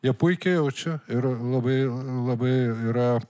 jie puikiai jaučia ir labai labai yra